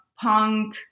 punk